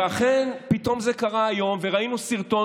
ואכן, פתאום זה קרה היום וראינו סרטון.